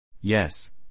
Yes